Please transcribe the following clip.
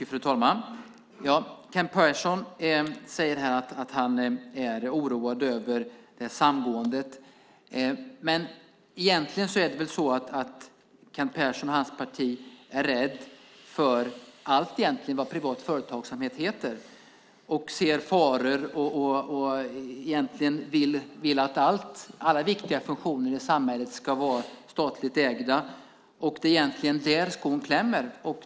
Fru talman! Kent Persson säger att han är oroad över detta samgående. Men egentligen är väl Kent Persson och hans parti rädda för allt vad privat företagsamhet heter, ser faror och vill att alla viktiga funktioner i samhället ska vara statligt ägda. Det är egentligen där skon klämmer.